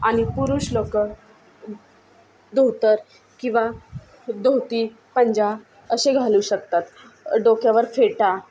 आणि पुरुष लोक धोतर किंवा धोती पंजा असे घालू शकतात डोक्यावर फेटा